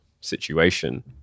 situation